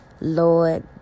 Lord